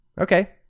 okay